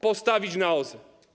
Postawić na OZE.